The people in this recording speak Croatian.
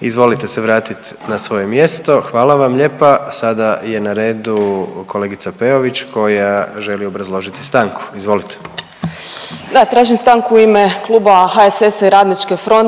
Izvolite se vratit na svoje mjesto, hvala vam lijepa. A sada je na redu kolegica Peović koja želi obrazložiti stanku, izvolite. **Peović, Katarina (RF)** Da tražim stanku u ime kluba HSS-a i